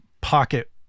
pocket